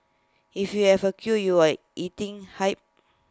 if you have queue you are eating hype